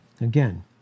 again